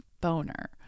boner